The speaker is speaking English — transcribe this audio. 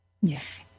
Yes